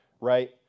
right